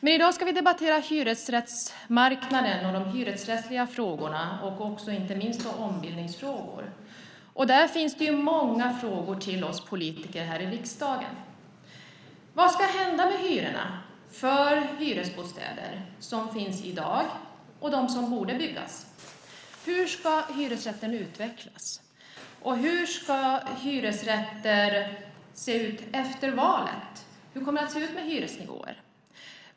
I dag ska vi debattera hyresrättsmarknaden och de hyresrättsliga frågorna, och inte minst ombildningsfrågor. Där finns det många frågor till oss politiker här i riksdagen. Vad ska hända med hyrorna för de hyresbostäder som finns i dag och för dem som borde byggas? Hur ska hyresrätten utvecklas? Hur ska hyresrätter se ut efter valet? Hur kommer det att se ut med hyresnivåer?